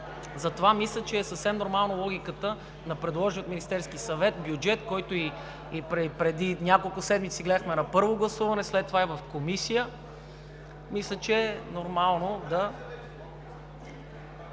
затова мисля, че е съвсем нормална логиката на предложения от Министерския съвет бюджет, който преди няколко седмици гледахме на първо гласуване, след това и в Комисия. Мисля, че е нормално да…